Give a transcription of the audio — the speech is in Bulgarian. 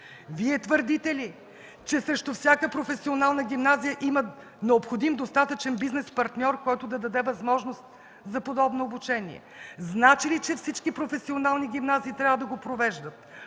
Вие твърдите ли, че срещу всяка професионална гимназия има необходим достатъчен бизнес партньор, който да даде възможност за подобно обучение? Значи ли, че всички професионални гимназии трябва да го провеждат?